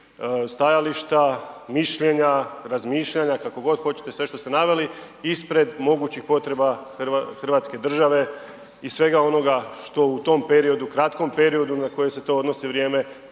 stajališta, mišljenja, razmišljanja, kako god hoćete, sve što ste naveli ispred mogućih potreba hrvatske države i svega onoga što u tom periodu, kratkom periodu na koje se to odnosi vrijeme,